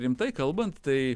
rimtai kalbant tai